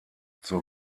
zur